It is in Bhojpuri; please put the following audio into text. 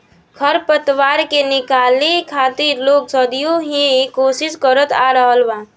खर पतवार के निकाले खातिर लोग सदियों ही कोशिस करत आ रहल बा